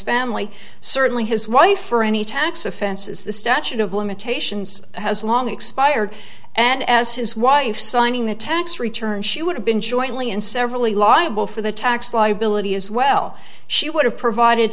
lee certainly his wife for any tax offenses the statute of limitations has long expired and as his wife signing the tax return she would have been jointly and severally liable for the tax liability as well she would have provided